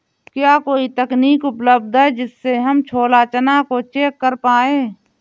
क्या कोई तकनीक उपलब्ध है जिससे हम छोला चना को चेक कर पाए?